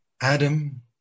Adam